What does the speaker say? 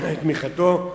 את תמיכתו.